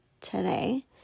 today